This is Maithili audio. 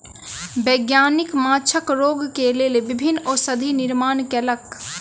वैज्ञानिक माँछक रोग के लेल विभिन्न औषधि निर्माण कयलक